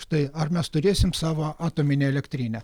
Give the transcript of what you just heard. štai ar mes turėsim savo atominę elektrinę